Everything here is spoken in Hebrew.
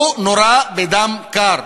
הוא נורה בדם קר,